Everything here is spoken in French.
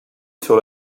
sur